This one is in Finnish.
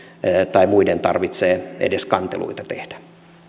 tai muiden tarvitsee edes kanteluita tehdä